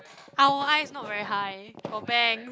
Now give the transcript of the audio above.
our eyes not very high for bangs